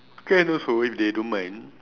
can also if they don't mind